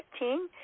15